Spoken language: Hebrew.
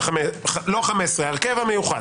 ההרכב המיוחד.